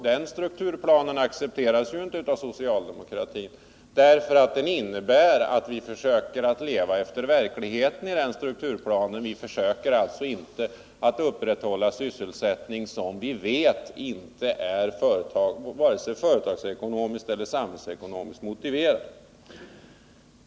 Den strukturplanen accepteras inte av socialdemokratin därför att den innebär att vi försöker leva efter verkligheten och alltså inte upprätthålla sysselsättning som vi vet är vare sig företagsekonomiskt eller samhällekonomiskt motiverad.